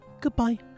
Goodbye